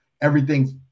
Everything's